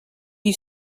you